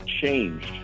changed